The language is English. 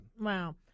Wow